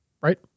right